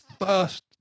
first